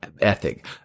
ethic